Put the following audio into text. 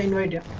and radio